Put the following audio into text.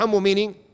meaning